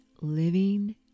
living